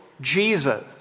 Jesus